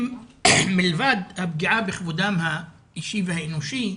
מלבד הפגיעה בכבודם האישי והאנושי,